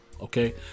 Okay